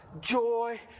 joy